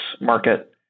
market